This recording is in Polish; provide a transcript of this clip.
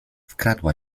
wkradała